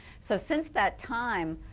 so since that time,